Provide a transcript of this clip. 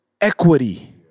equity